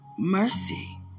Mercy